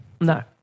No